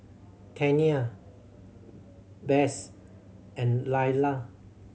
Tania Bess and Lyla